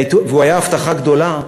והוא היה הבטחה גדולה,